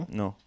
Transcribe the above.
no